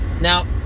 Now